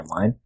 timeline